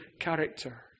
character